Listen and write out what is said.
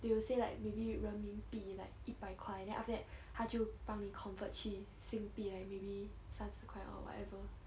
they will say like maybe 人民币 like 一百块 then after that 它就帮你 convert 去新币 like maybe 三十块 or whatever